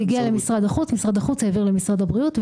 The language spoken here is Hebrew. זה הגיע למשרד החוץ ומשרד החוץ העביר למשרד הבריאות.